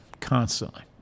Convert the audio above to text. constantly